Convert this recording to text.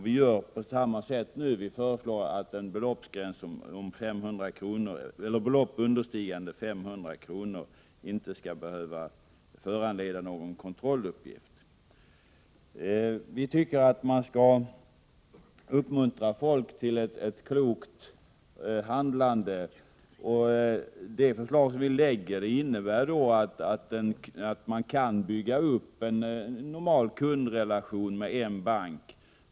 Vi gör på samma sätt i dag och föreslår att belopp understigande 500 kr. inte skall behöva föranleda någon kontrolluppgift. Vi tycker att man skall uppmuntra folk till ett klokt handlande. Det förslag vi framlägger innebär att man kan bygga upp en normal kundrelation med en bank.